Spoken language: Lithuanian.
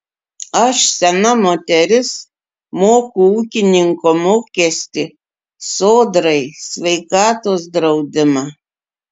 aš sena moteris moku ūkininko mokestį sodrai sveikatos draudimą